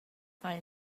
maen